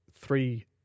three